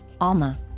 ALMA